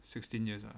sixteen years ah